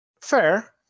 fair